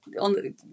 on